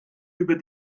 über